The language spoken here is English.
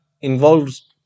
Involves